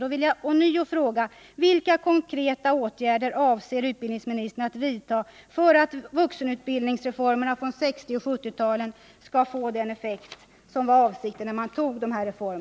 Jag vill därför ånyo fråga: Vilka konkreta åtgärder avser utbildningsministern att vidta för att vuxenutbildningsreformerna från 1960 och 1970-talen skall få den effekt som avsågs när man antog dem?